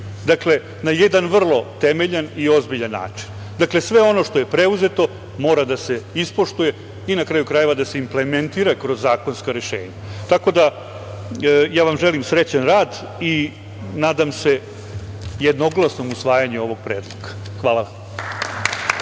dakle na jedan vrlo temeljan i ozbiljan način. Sve ono što je preuzeto mora da se ispoštuje i, na kraju krajeva, implementira kroz zakonska rešenja. Želim vam srećan rad i nadam se jednoglasnom usvajanju ovog predloga. Hvala.